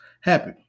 happy